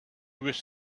was